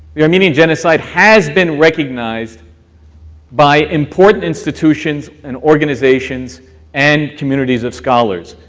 the armenian genocide has been recognized by important institutions and organizations and communities of scholars,